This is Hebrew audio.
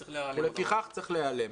לפיכך, הוא צריך להיעלם.